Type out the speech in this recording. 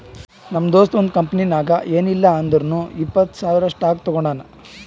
ನಮ್ ದೋಸ್ತ ಒಂದ್ ಕಂಪನಿನಾಗ್ ಏನಿಲ್ಲಾ ಅಂದುರ್ನು ಇಪ್ಪತ್ತ್ ಸಾವಿರ್ ಸ್ಟಾಕ್ ತೊಗೊಂಡಾನ